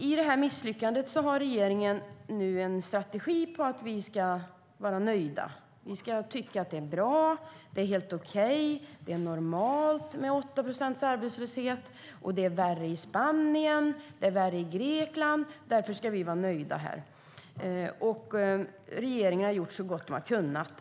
I det här misslyckandet har regeringen nu en strategi för att vi ska vara nöjda. Vi ska tycka att det är bra, att det är helt okej och normalt med 8 procents arbetslöshet. Det är värre i Spanien och värre i Grekland. Därför ska vi vara nöjda här. Och regeringen har gjort så gott den har kunnat.